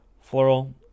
floral